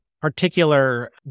particular